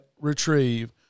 retrieve